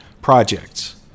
projects